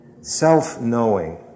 Self-knowing